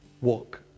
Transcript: walk